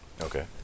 Okay